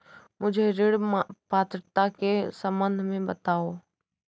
मुझे ऋण पात्रता के सम्बन्ध में बताओ?